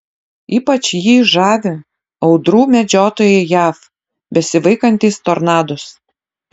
ypač jį žavi audrų medžiotojai jav besivaikantys tornadus